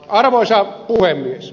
arvoisa puhemies